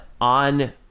on